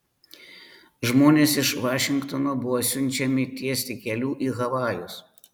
žmonės iš vašingtono buvo siunčiami tiesti kelių į havajus